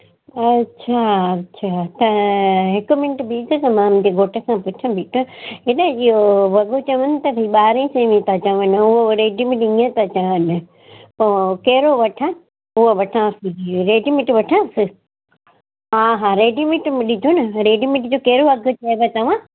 अच्छा अच्छा त हिकु मिन्ट बीहजो त मां मुंहिंजे घोटु खां पुछां थी त एॾां इहो वॻो चवनि था भई ॿारहें सएं में था चवनि ऐं रेडीमेड हीअं था चवनि पोइ कहिड़ो वठां उहो वठांस थी हीअ रेडीमेड वठांस हा हा रेडीमेड ॾिजो न रेडीमेड जो कहिड़ो अघि चयव तव्हां